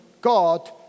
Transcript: God